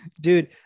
dude